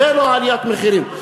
זה לא עליית מחירים.